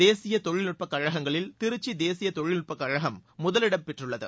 தேசிய தொழில்நுட்பக் கழகங்களில் திருச்சி தேசிய தொழில்நுட்பக் கழகம் முதலிடம் பெற்றுள்ளது